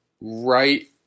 right